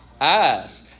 Eyes